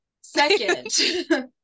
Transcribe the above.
Second